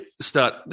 start –